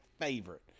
favorite